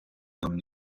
нам